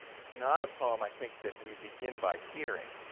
it's not a poem, i think, that we begin by hearing,